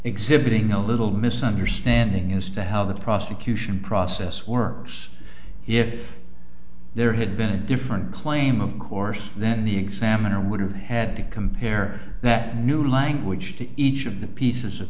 exhibiting a little misunderstanding as to how the prosecution process works if there had been a different claim of course that the examiner would have had to compare that new language to each of the pieces of